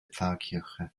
pfarrkirche